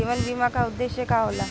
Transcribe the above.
जीवन बीमा का उदेस्य का होला?